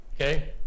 okay